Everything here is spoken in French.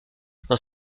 dans